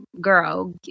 girl